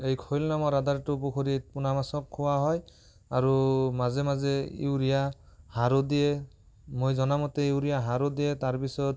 এই খৈল নামৰ আধাৰটো পুখুৰীত পোনা মাছক খুওঁৱা হয় আৰু মাজে মাজে ইউৰিয়া সাৰো দিয়ে মই জনা মতে ইউৰিয়া সাৰো দিয়ে তাৰ পিছত